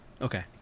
Okay